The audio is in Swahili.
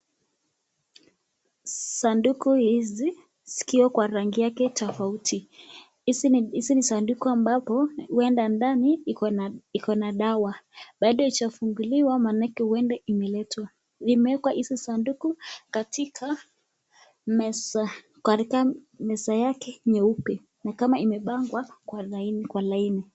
Sanduku hizi sikio kwa rangi yake tofauti. Hizi ni sanduku ambapo huenda ndani iko na dawa. Bado haijafunguliwa maanake huenda imeletwa. Limeekwa hizi sanduku katika meza, katika meza yake nyeupe na kama imebangwa kwa laini kwa laini.